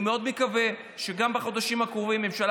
אני מאוד מקווה שגם בחודשים הקרובים הממשלה